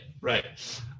Right